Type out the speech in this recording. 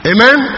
Amen